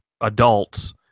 adults